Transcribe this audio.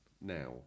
Now